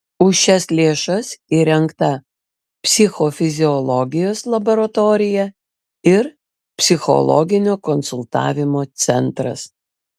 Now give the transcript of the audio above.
už šias lėšas įrengta psichofiziologijos laboratorija ir psichologinio konsultavimo centras